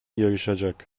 yarışacak